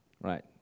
Right